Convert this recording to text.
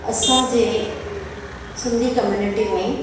असांजे सिंधी कम्यूनिटीव में